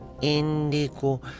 indigo